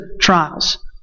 trials